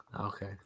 Okay